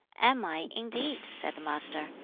am i, indeed, said the master,